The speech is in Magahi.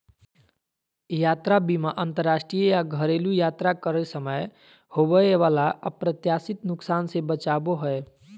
यात्रा बीमा अंतरराष्ट्रीय या घरेलू यात्रा करे समय होबय वला अप्रत्याशित नुकसान से बचाबो हय